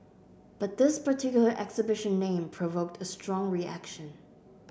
but this particular exhibition name provoked a strong reaction